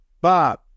Bob